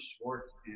Schwartz